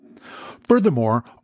Furthermore